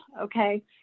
Okay